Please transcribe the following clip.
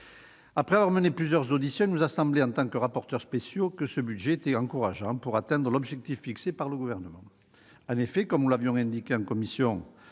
Après plusieurs auditions, il a semblé aux rapporteurs spéciaux que ce budget était encourageant pour atteindre l'objectif fixé par le Gouvernement. En effet, comme nous l'avons indiqué en commission,